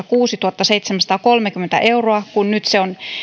kuusituhattaseitsemänsataakolmekymmentä euroa kun se on